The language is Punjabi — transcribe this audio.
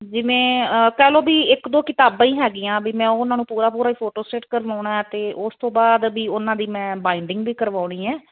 ਜਿਵੇਂ ਕਹਿ ਲਓ ਵੀ ਇੱਕ ਦੋ ਕਿਤਾਬਾਂ ਹੀ ਹੈਗੀਆਂ ਵੀ ਮੈਂ ਉਹਨਾਂ ਨੂੰ ਪੂਰਾ ਪੂਰਾ ਫੋਟੋਸਟੇਟ ਕਰਵਾਉਣਾ ਤੇ ਉਸ ਤੋਂ ਬਾਅਦ ਵੀ ਉਹਨਾਂ ਦੀ ਮੈਂ ਬਾਇੰਡਿੰਗ ਵੀ ਕਰਵਾਉਣੀ ਹ